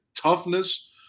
toughness